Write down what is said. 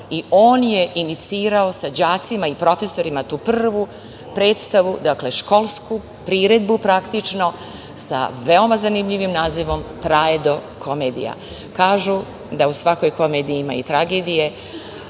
i on je inicirao sa đacima i profesorima tu prvu predstavu, dakle školsku priredbu praktično, sa veoma zanimljivim nazivom „Traedokomedija“. Kažu da u svakoj komediji ima i tragedije,